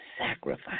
sacrifice